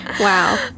Wow